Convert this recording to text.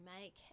make